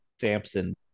samson